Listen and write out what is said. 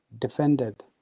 defended